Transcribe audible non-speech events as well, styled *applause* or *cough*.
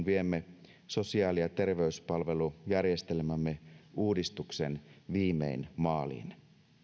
*unintelligible* viemme sosiaali ja terveyspalvelujärjestelmämme uudistuksen viimein maaliin